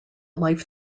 life